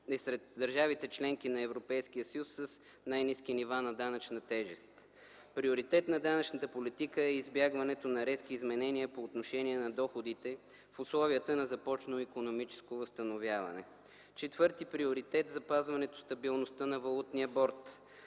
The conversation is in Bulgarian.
е сред държавите – членки на Европейския съюз, с най-ниски нива на данъчна тежест. Приоритет на данъчната политика е и избягването на резки изменения по отношение на доходите в условията на започнало икономическо възстановяване. Четвърти приоритет е запазването на стабилността на валутния борд.